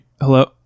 hello